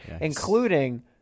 including